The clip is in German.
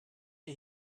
ihr